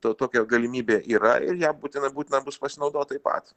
to tokia galimybė yra ir ją būtina būtina bus pasinaudot taip pat